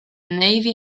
navy